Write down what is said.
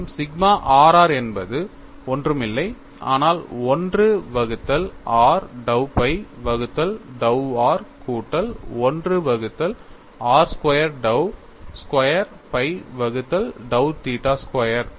மேலும் sigma r r என்பது ஒன்ன்ருமில்லை ஆனால் 1 வகுத்தல் r dow phi வகுத்தல் dow r கூட்டல் 1 வகுத்தல் r square dow square phi வகுத்தல் dow தீட்டா ஸ்கொயர்